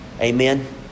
Amen